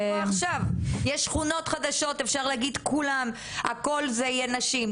יש שכונות חדשות אפשר להגיד כולן הכל זה יהיה נשים,